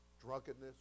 drunkenness